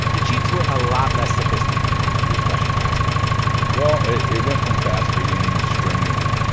the cheats were a lot less sophisticated than what these russian guys were doing well, it it went from fast-feeding, stringing,